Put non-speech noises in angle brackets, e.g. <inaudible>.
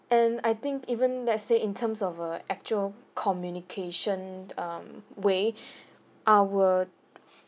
and I think even let say in terms of err actual communication um way <breath> our